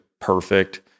perfect